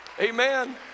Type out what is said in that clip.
amen